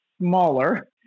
smaller